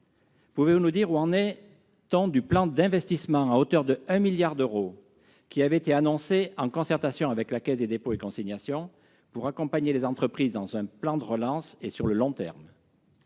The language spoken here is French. sont vos pourparlers et où en est le plan d'investissement d'un milliard d'euros annoncé en concertation avec la Caisse des dépôts et consignations pour accompagner les entreprises dans un plan de relance et sur le long terme ?